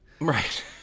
Right